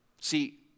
See